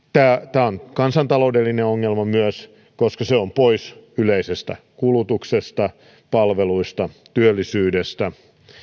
tämä on kansantaloudellinen ongelma myös koska se on pois yleisestä kulutuksesta palveluista työllisyydestä tämä